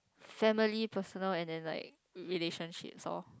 family personal and then like relationships lor